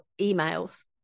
emails